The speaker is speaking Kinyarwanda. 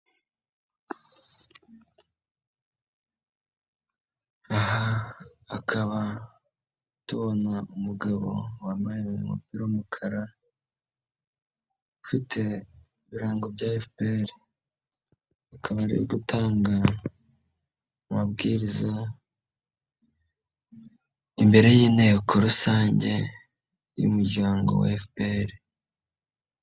Aha akaba tubona umugabo wambaye umupira w'umukara, ufite ibirango bya FPR, hakaba ari gutanga amabwiriza imbere y'inteko rusange y'umuryango wa FPR.